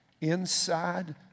inside